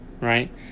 right